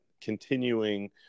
continuing